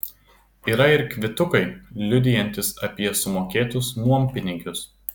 yra ir kvitukai liudijantys apie sumokėtus nuompinigius